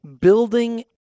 building